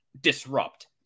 disrupt